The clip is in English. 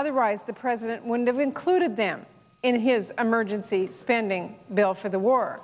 otherwise the president wouldn't of included them in his emergency spending bill for the war